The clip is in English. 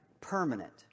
permanent